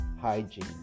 hygiene